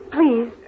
Please